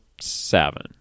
seven